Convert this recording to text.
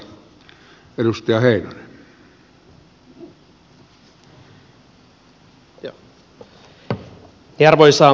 arvoisa puhemies